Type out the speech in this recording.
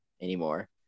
anymore